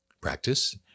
practice